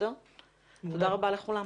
תודה רבה לכולם.